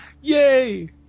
Yay